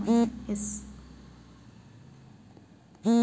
ನೈರುತ್ಯ ಮಾನ್ಸೂನ್ ಮಾರುತಗಳು ಹೆಚ್ಚು ಮಳೆಯನ್ನು ತರುತ್ತವೆ